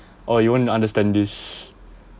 or you won't understand this